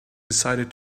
decided